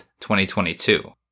2022